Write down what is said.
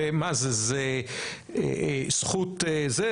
ומה זה, זכות זה?